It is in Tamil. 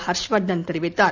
ஹர்ஷ் வர்தன் தெரிவித்தார்